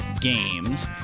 Games